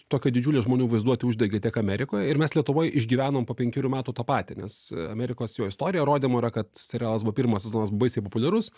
tokią didžiulę žmonių vaizduotę uždegė tiek amerikoje ir mes lietuvoj išgyvenom po penkerių metų tą patį nes amerikos jo istorija rodymo yra kad serialas buvo pirmas sezonas baisiai populiarus